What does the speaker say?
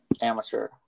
amateur